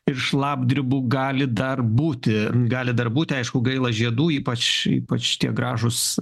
ir šlapdribų gali dar būti gali dar būti aišku gaila žiedų ypač ypač tie gražūs